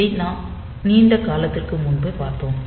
இதை நாம் நீண்ட காலத்திற்கு முன்பே பார்த்தோம்